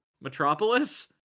Metropolis